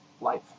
life